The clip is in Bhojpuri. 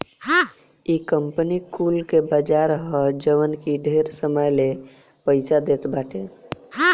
इ कंपनी कुल के बाजार ह जवन की ढेर समय ले पईसा देत बाटे